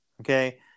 okay